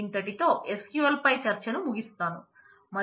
ఇంతటితో SQLపై చర్చను ముగిస్తాను